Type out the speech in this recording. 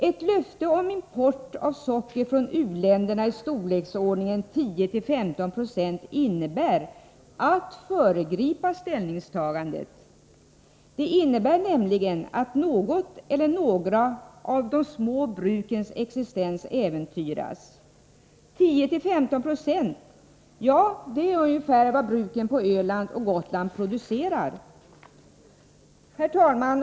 Ett löfte om import av socker från u-länderna i storleksordningen 10-15 96 innebär att föregripa ställningstagandet. Det innebär nämligen att något eller några av de små brukens existens äventyras. 10-15 92 är ungefär vad bruken på Öland och Gotland producerar.